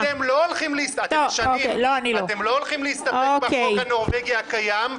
ואתם לא הולכים להסתפק בחוק הנורווגי הקיים,